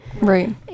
right